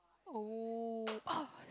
oh oh